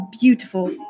beautiful